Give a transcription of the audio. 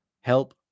help